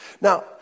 Now